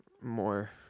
More